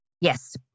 Yes